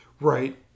Right